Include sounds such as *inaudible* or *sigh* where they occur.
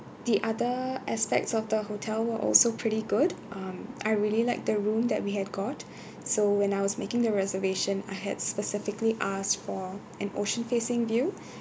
the other aspects of the hotel were also pretty good um I really like the room that we have got *breath* so when I was making the reservation I had specifically asked for an ocean facing view *breath*